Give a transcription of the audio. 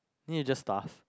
then you just stuff